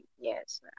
Yes